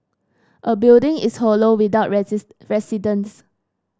a building is hollow without residents